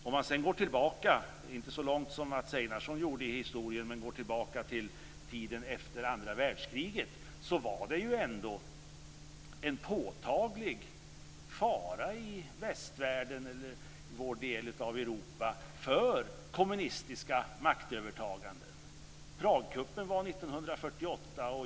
Om man sedan går tillbaka i historien - inte så långt som Mats Einarsson gjorde, men till tiden efter andra världskriget - kan man konstatera att det ändå fanns en påtaglig fara i västvärlden eller i vår del av Europa för kommunistiska maktövertaganden. Pragkuppen var 1948.